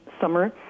summer